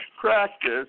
practice